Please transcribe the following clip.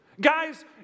Guys